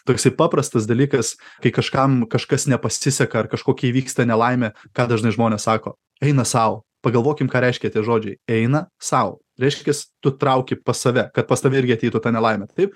toksai paprastas dalykas kai kažkam kažkas nepasiseka ar kažkokia įvyksta nelaimė kad dažnai žmonės sako eina sau pagalvokim ką reiškia tie žodžiai eina sau reiškias tu trauki pas save kad pas tave irgi ateitų ta nelaimė taip